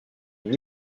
une